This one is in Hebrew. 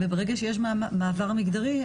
ברגע שיש מעבר מגדרי,